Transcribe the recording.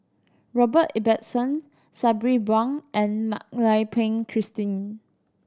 Robert Ibbetson Sabri Buang and Mak Lai Peng Christine